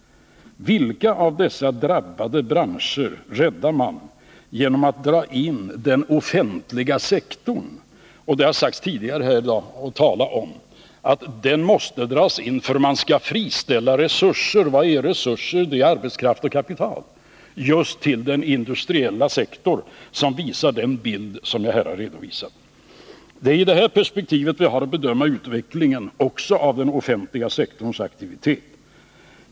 Vilka av dessa drabbade branscher räddar man genom att dra in den offentliga sektorn och genom att tala om — det har sagts tidigare här i dag — att den måste dras in för att man skall friställa resurser? Vad är resurser? Jo, det är arbetskraft och kapital just till den industriella sektor som visar den bild som jag här har redogjort för. Det är i detta perspektiv vi har att bedöma utvecklingen också av den offentliga sektorns aktivitet.